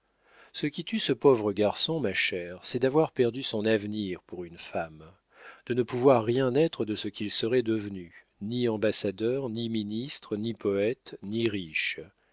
ce qui tue ce pauvre garçon ma chère c'est d'avoir perdu son avenir pour une femme de ne pouvoir rien être de ce qu'il serait devenu ni ambassadeur ni ministre ni poète ni riche